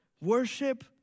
Worship